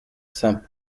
saint